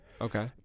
Okay